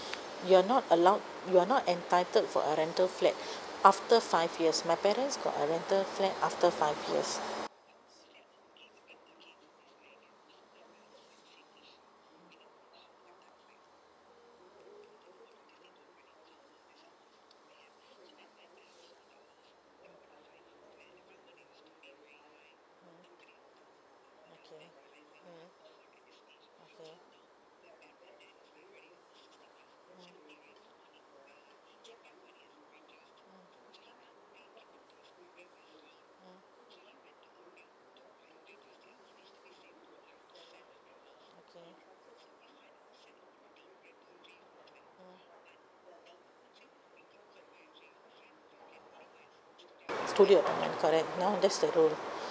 you're not allowed you're not entitled for a rental flat after five years my parents got a rental flat after five years studio apartment correct ya that's the rule